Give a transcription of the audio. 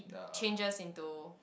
changes into